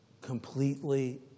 completely